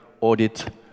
audit